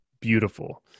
beautiful